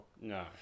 No